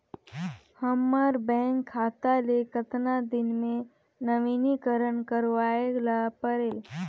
हमर बैंक खाता ले कतना दिन मे नवीनीकरण करवाय ला परेल?